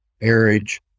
marriage